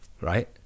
Right